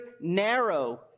narrow